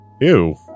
Ew